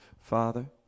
Father